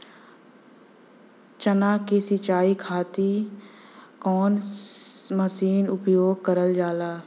चना के सिंचाई खाती कवन मसीन उपयोग करल जाला?